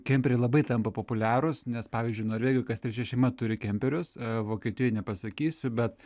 kemperiai labai tampa populiarūs nes pavyzdžiui norvegijoj kas trečia šeima turi kemperius vokietijoj nepasakysiu bet